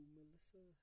Melissa